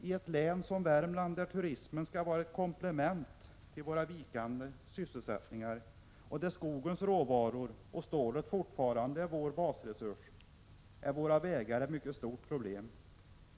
I ett län som Värmland där turismen skall vara ett komplement till den vikande sysselsättningen och där skogens råvaror och stålet fortfarande är basresursen, är vägarna ett mycket stort problem.